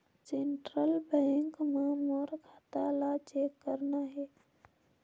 Central bank मां मोर खाता ला चेक करना हे?